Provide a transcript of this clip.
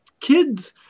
kids